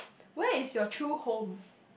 where is your true home